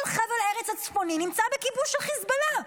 כל חבל הארץ הצפוני נמצא בכיבוש של החיזבאללה.